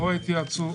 לא יתייעצו.